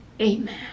Amen